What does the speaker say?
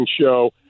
show